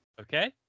Okay